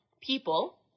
people